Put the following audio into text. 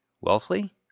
Wellesley